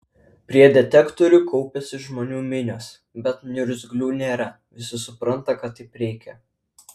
prie detektorių kaupiasi žmonių minios bet niurzglių nėra visi supranta kad taip reikia